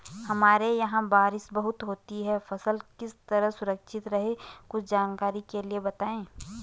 हमारे यहाँ बारिश बहुत होती है फसल किस तरह सुरक्षित रहे कुछ जानकारी के लिए बताएँ?